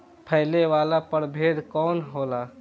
फैले वाला प्रभेद कौन होला?